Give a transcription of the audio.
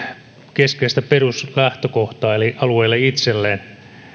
keskeistä peruslähtökohtaa eli alueelle itselleen